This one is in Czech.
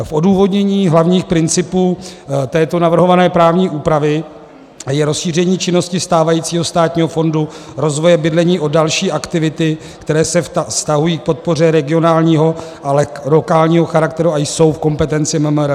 V odůvodnění hlavních principů této navrhované právní úpravy je rozšíření činnosti stávajícího Státního fondu rozvoje bydlení o další aktivity, které se vztahují k podpoře regionálního, ale lokálního charakteru a jsou v kompetenci MMR.